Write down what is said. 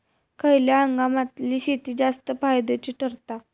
खयल्या हंगामातली शेती जास्त फायद्याची ठरता?